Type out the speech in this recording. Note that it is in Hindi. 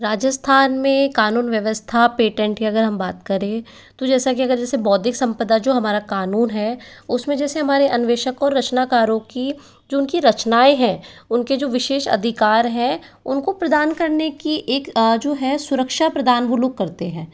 राजस्थान में कानून व्यवस्था पेटेंट की अगर हम बात करें तो जैसा कि अगर जैसे बौद्धिक सम्पदा जो हमारा क़ानून है उस में जैसे हमारे अन्वेशकों और रचनाकारों की जो उन की रचनाएँ हैं उन के जो विशेष अधिकार हैं उन को प्रदान करने की एक जो है सुरक्षा प्रदान वो लोग करते हैं